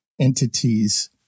entities